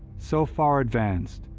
so far advanced,